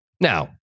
Now